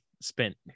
spent